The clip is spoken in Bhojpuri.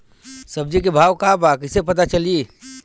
सब्जी के भाव का बा कैसे पता चली?